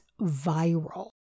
viral